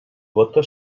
gota